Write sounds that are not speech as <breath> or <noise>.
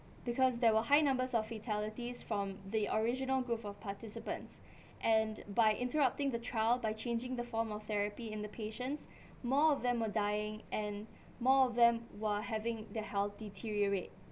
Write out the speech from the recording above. because there were high numbers of fatalities from the original group of participants <breath> and by interrupting the trial by changing the form of therapy in the patients more of them are dying and more of them were having their health deteriorate